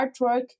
artwork